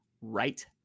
right